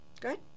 Good